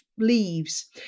leaves